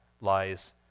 lies